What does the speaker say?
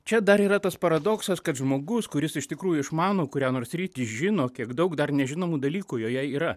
čia dar yra tas paradoksas kad žmogus kuris iš tikrųjų išmano kurią nors sritį žino kiek daug dar nežinomų dalykų joje yra